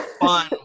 fun